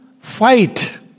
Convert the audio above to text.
fight